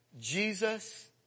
Jesus